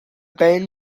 band